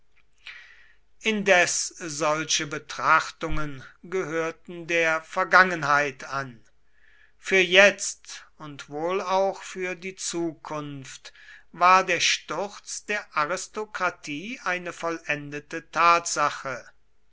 indes solche betrachtungen gehörten der vergangenheit an für jetzt und wohl auch für die zukunft war der sturz der aristokratie eine vollendete tatsache